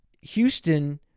Houston